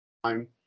time